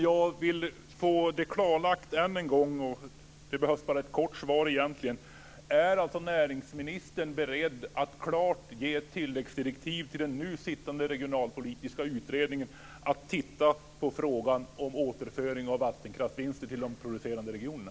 Jag vill få det klarlagt än en gång, och det behövs bara ett kort svar: Är näringsministern beredd att klart ge tilläggsdirektiv till den nu sittande regionalpolitiska utredningen att titta på frågan om återföring av vattenkraftsvinster till de producerande regionerna?